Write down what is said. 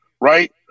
right